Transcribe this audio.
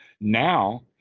Now